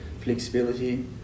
flexibility